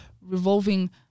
revolving